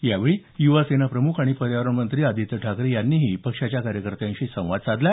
यावेळी युवासेना प्रमुख आणि पर्यावरण मंत्री आदित्य ठाकरे यांनीही पक्षाच्या कार्यकर्त्यांशी संवाद साधला